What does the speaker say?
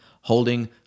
holding